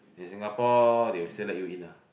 in Singapore they will still let you in lah